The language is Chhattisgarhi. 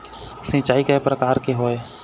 सिचाई कय प्रकार के होये?